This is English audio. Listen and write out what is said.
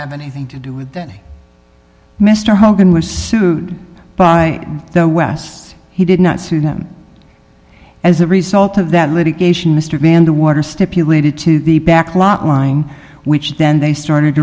have anything to do with mr hogan was sued by the west he did not see them as a result of that litigation mr vander water stipulated to the backlot line which then they started